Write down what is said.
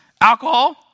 Alcohol